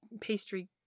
pastry